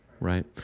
right